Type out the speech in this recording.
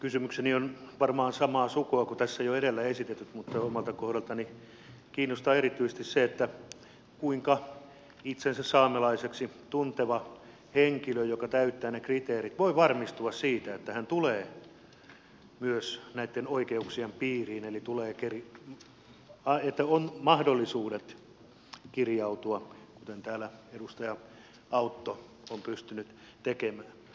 kysymykseni on varmaan samaa sukua kuin tässä jo edellä esitetyt mutta omalta kohdaltani kiinnostaa erityisesti se kuinka itsensä saamelaiseksi tunteva henkilö joka täyttää ne kriteerit voi varmistua siitä että hän tulee myös näitten oikeuksien piiriin eli että on mahdollisuudet kirjautua kuten täällä edustaja autto on pystynyt tekemään